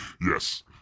Yes